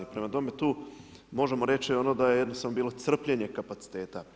Prema tome, tu možemo reći ono da je jednostavno bilo crpljenje kapaciteta.